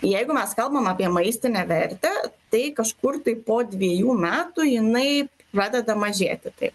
jeigu mes kalbam apie maistinę vertę tai kažkur tai po dvejų metų jinai pradeda mažėti taip